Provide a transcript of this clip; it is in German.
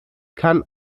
kann